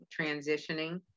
transitioning